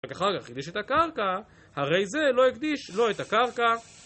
רק אחר כך, חידש את הקרקע, הרי זה לא הקדיש, לא את הקרקע.